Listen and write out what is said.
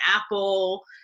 apple